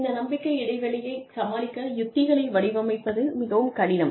இந்த நம்பிக்கை இடைவெளியை சமாளிக்க உத்திகளை வடிவமைப்பது மிகவும் கடினம்